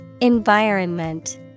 Environment